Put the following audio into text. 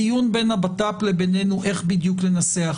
דיון בין הבט"פ לביננו איך בדיוק לנסח,